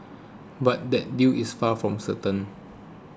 but that deal is far from certain